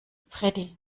freddie